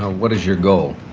what is your goal?